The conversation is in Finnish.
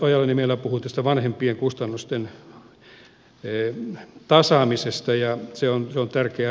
ojala niemelä puhui tästä vanhempien kustannusten tasaamisesta ja se on tärkeä asia